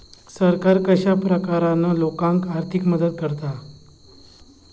सरकार कश्या प्रकारान लोकांक आर्थिक मदत करता?